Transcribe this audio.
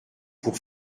pour